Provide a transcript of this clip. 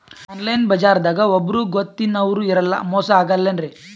Online ಬಜಾರದಾಗ ಒಬ್ಬರೂ ಗೊತ್ತಿನವ್ರು ಇರಲ್ಲ, ಮೋಸ ಅಗಲ್ಲೆನ್ರಿ?